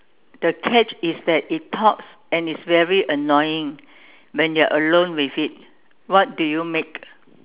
the catch is that it talks and it's very annoying when you are alone with it what do you make